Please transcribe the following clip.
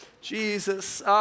Jesus